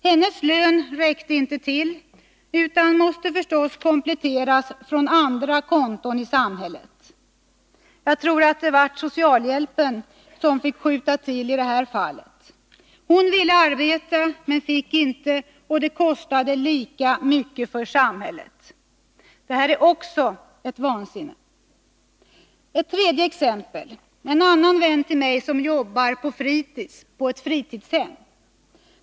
Hennes lön räckte inte till utan måste naturligtvis kompletteras från andra konton i samhället. Jag tror det i detta fall blev socialhjälpen som fick skjuta till. Hon ville arbeta men fick inte, men det kostade lika mycket för samhället. Detta är också vansinne. Ett tredje exempel. En annan vän till mig arbetar på fritids.